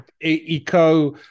eco